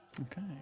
Okay